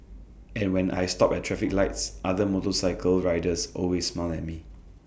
and when I stop at traffic lights other motorcycle riders always smile at me